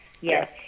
yes